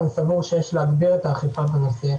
אני סבור שיש להגביר את האכיפה בנושא,